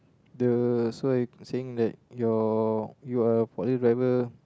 the so you saying that your you are a forklift driver